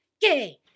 Gay